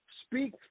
Speak